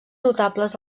notables